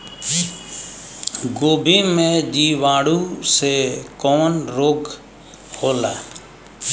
गोभी में जीवाणु से कवन रोग होला?